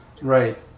Right